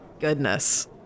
Goodness